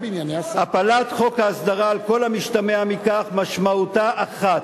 הפלת חוק ההסדרה, על כל המשתמע מכך, משמעותה אחת: